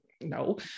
no